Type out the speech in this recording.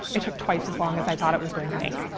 it took twice as long as i thought it was going to make.